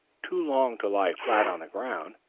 too long to lie flat on the ground,